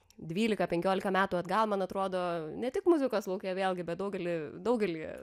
dvylika penkiolika metų atgal man atrodo ne tik muzikos lauke vėlgi bet daugelį daugelį